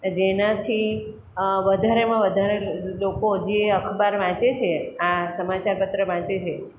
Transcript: જેનાથી આ વધારેમાં વધારે લોકો જે અખબાર વાંચે છે આ સમાચારપત્ર વાંચે છે